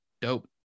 dope